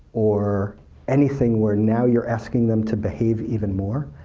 or anything where now you're asking them to behave even more,